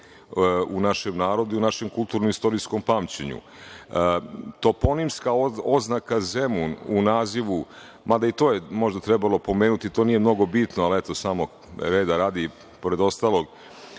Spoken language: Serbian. u našem narodu i u našem kulturno- istorijskom pamćenju. Toponimska oznaka Zemun u nazivu, mada je možda i to trebalo pomenuti, to nije mnogo bitno, ali eto reda radi, pored ostalog,